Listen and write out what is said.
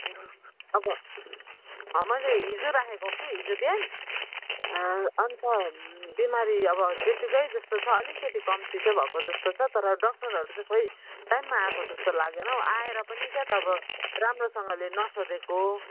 अब मैले हिजो राखेको कि हिजो बिहान अन्त बिमारी अब त्यतिकै जस्तो छ अलिकति कम्ती चाहिँ भएको जस्तो छ तर डक्टरहरू चाहिँ खोइ टाइममा आएको जस्तो लागेन हौ आएर पनि क्या त अब राम्रोसँगले नसोधेको